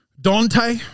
Dante